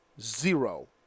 zero